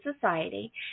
society